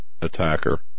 attacker